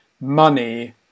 money